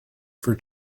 for